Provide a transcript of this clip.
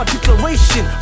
declaration